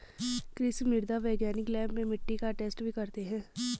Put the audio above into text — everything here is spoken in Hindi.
कृषि मृदा वैज्ञानिक लैब में मिट्टी का टैस्ट भी करते हैं